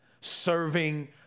serving